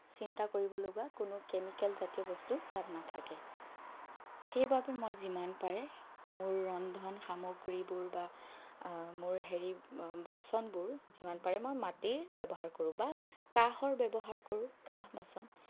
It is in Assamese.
চিন্তা কৰিব লগা কোনো কেমিকেল জাতীয় বস্তু তাত নাথাকে সেইবাবে মই যিমান পাৰে মোৰ ৰন্ধন সামগ্ৰীবোৰ বা মোৰ হেৰি বাচনবোৰ যিমান পাৰে মই মাটিৰ ব্যৱহাৰ কৰোঁ বা কাঁহৰ ব্যৱহাৰ কৰোঁ কাঁহ বাচন